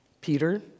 Peter